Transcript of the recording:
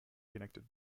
connected